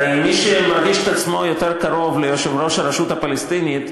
הרי מי שמרגיש את עצמו יותר קרוב ליושב-ראש הרשות הפלסטינית,